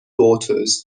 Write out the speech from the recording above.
daughters